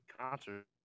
Concert